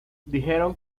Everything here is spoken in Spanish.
dijeron